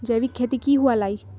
जैविक खेती की हुआ लाई?